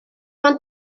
ond